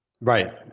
Right